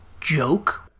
joke